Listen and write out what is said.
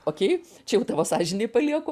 okei čia jau tavo sąžinei palieku